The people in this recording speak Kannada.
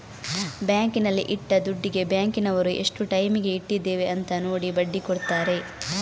ಬ್ಯಾಂಕಿನಲ್ಲಿ ಇಟ್ಟ ದುಡ್ಡಿಗೆ ಬ್ಯಾಂಕಿನವರು ಎಷ್ಟು ಟೈಮಿಗೆ ಇಟ್ಟಿದ್ದೇವೆ ಅಂತ ನೋಡಿ ಬಡ್ಡಿ ಕೊಡ್ತಾರೆ